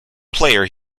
player